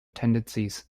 tendencies